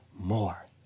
more